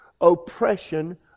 Oppression